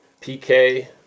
PK